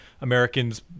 Americans